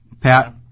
Pat